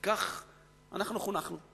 כי כך אנחנו חונכנו.